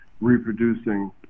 reproducing